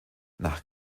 nach